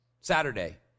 Saturday